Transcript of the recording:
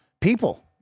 People